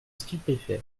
stupéfait